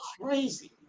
Crazy